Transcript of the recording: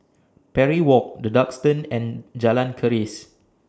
Parry Walk The Duxton and Jalan Keris